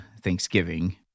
Thanksgiving